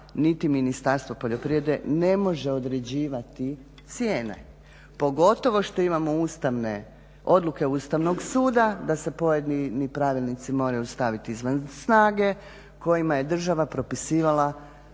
niti Ministarstvo poljoprivrede ne može određivati cijene, pogotovo što imamo ustavne, odluke Ustavnog suda da se pojedini pravilnici moraju stavit izvan snage, kojima je država propisivala